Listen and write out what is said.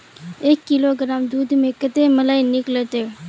एक किलोग्राम दूध में कते मलाई निकलते?